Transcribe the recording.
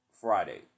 Friday